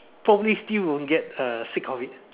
probably still won't get uh sick of it